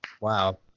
wow